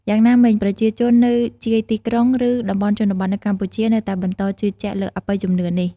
យ៉ាងណាមិញ ប្រជាជននៅជាយទីក្រុង ឬតំបន់ជនបទនៅកម្ពុជា នៅតែបន្តជឿជាក់លើអបិយជំនឿនេះ។